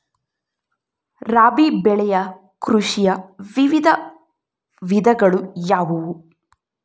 ರಾಬಿ ಬೆಳೆ ಕೃಷಿಯ ವಿವಿಧ ವಿಧಗಳು ಯಾವುವು?